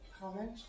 comment